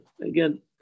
Again